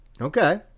Okay